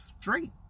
straight